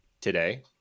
today